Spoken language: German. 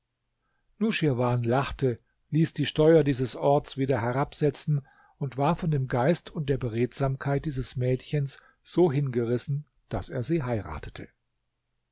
nuschirwan lachte ließ die steuer dieses orts wieder herabsetzen und war von dem geist und der beredsamkeit dieses mädchens so hingerissen daß er sie heiratete